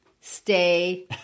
Stay